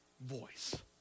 voice